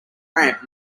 ramp